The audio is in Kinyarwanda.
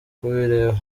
kubireba